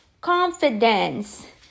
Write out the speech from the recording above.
confidence